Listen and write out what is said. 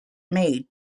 made